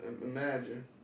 imagine